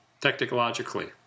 technologically